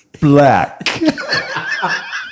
Black